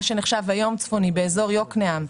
מה שנחשב היום צפוני באזור יוקנעם,